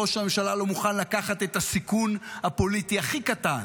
ראש הממשלה לא מוכן לקחת את הסיכון הפוליטי הכי קטן,